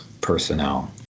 personnel